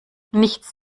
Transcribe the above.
nichts